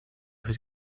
was